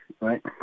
right